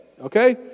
okay